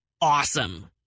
Awesome